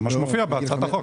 כך מופיע בהצעת החוק.